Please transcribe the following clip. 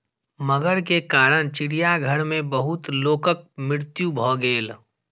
मगर के कारण चिड़ियाघर में बहुत लोकक मृत्यु भ गेल